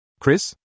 Chris